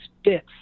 spits